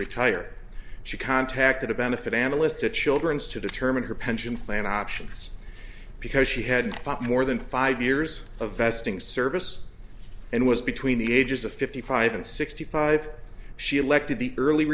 retire she contacted a benefit analyst to children's to determine her pension plan options because she had more than five years of vesting service and was between the ages of fifty five and sixty five she elected the early